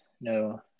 no